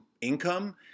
income